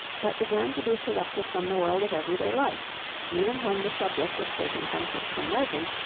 but began to be selected from the world of everyday life even when the subject was taken from christian legend,